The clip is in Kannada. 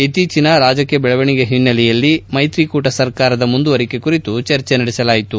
ಇತ್ತೀಚನ ರಾಜಕೀಯ ಬೆಳವಣಿಗೆ ಹಿನ್ನೆಲೆಯಲ್ಲಿ ಮೈತ್ರಿಕೂಟ ಸರ್ಕಾರದ ಮುಂದುವರಿಕೆ ಕುರಿತು ಚರ್ಚೆ ನಡೆಸಲಾಯಿತು